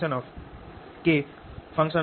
r r